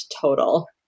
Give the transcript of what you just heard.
total